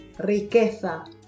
riqueza